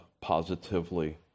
positively